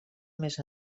més